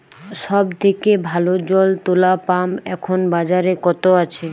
সব থেকে ভালো জল তোলা পাম্প এখন বাজারে কত আছে?